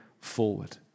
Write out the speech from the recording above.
forward